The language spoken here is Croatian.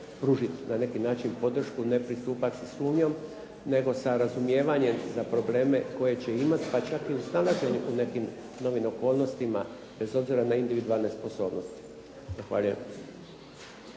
pružiti na neki način podršku, ne pristupati sa sumnjom, nego sa razumijevanjem za probleme koje će imati, pa čak u … novim okolnostima, bez obzira na individualne sposobnosti.